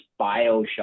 Bioshock